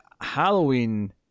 halloween